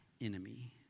enemy